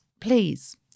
please